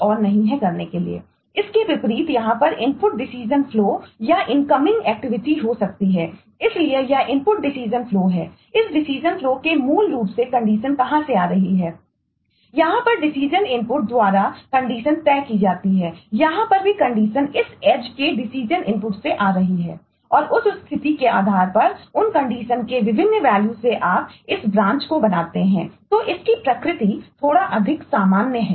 और उस स्थिति के आधार पर उन कंडीशन के विभिन्न वैल्यू करते है